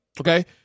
okay